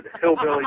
hillbilly